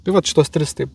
tai vat šituos tris taip